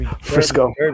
Frisco